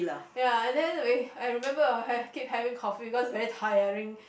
ya and then we I remember I have keep having coffee cause very tiring